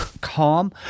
calm